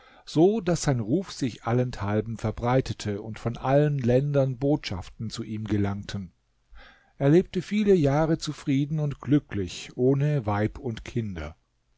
so daß sein ruf sich allenthalben verbreitete und von allen ländern botschaften zu ihm gelangten er lebte viele jahre zufrieden und glücklich ohne weib und kinder